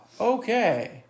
Okay